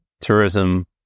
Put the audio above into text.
tourism